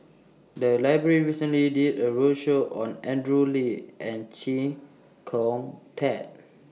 The Library recently did A roadshow on Andrew Lee and Chee Kong Tet